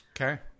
okay